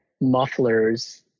mufflers